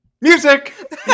Music